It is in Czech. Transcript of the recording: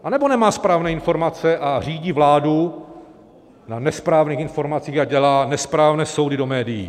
Anebo nemá správné informace a řídí vládu na nesprávných informací a dělá nesprávné soudy do médií?